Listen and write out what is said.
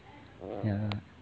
ya